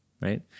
right